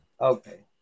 Okay